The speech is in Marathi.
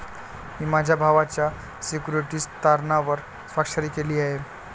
मी माझ्या भावाच्या सिक्युरिटीज तारणावर स्वाक्षरी केली आहे